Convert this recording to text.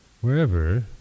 wherever